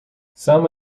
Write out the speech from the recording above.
some